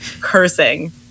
cursing